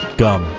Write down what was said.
gum